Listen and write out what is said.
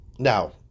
Now